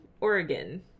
Oregon